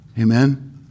Amen